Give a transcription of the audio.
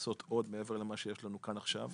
לעשות עוד מעבר למה שיש לנו כאן עכשיו,